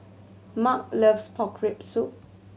Mark loves pork rib soup